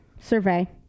Survey